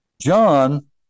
John